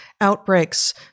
outbreaks